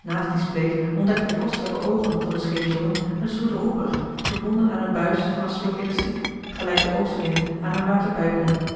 naast die spleet ontdekten de kostelijke oogen van den scheepsjongen een soort roeper verbonden aan een buis van een soort elastiek gelijk de oosterlingen aan hun waterpijpen hebben